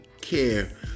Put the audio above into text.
care